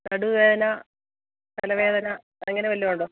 നടുവേദന തലവേദന അങ്ങനെ വല്ലോം ഉണ്ടോ